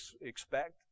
expect